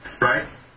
Right